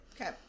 Okay